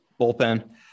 bullpen